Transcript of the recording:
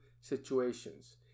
situations